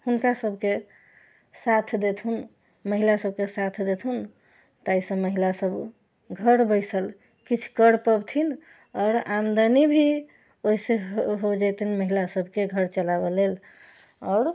हुनका सभके साथ देथुन महिला सभके साथ देथुन ताहिसँ महिला सभ घर बैसल किछु कर पबथिन आओर आमदनी भी ओहिसँ होइ जेतनि महिला सभके घर चलाबऽ लेल आओर